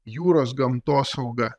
jūros gamtosaugą